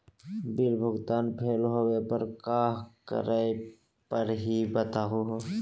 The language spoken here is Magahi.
बिल भुगतान फेल होवे पर का करै परही, बताहु हो?